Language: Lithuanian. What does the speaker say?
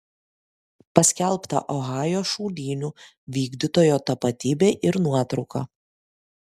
paskelbta ohajo šaudynių vykdytojo tapatybė ir nuotrauka